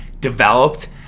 developed